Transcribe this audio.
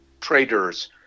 traders